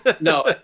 No